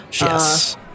Yes